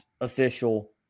official